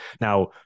Now